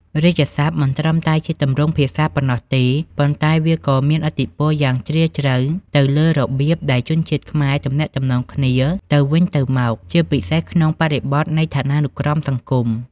រាជសព្ទ មិនត្រឹមតែជាទម្រង់ភាសាប៉ុណ្ណោះទេ ប៉ុន្តែវាក៏មានឥទ្ធិពលយ៉ាងជ្រាលជ្រៅទៅលើរបៀបដែលជនជាតិខ្មែរទំនាក់ទំនងគ្នាទៅវិញទៅមក ជាពិសេសក្នុងបរិបទនៃឋានានុក្រមសង្គម។